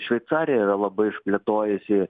šveicarija yra labai išplėtojusi